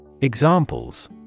Examples